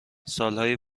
سالهای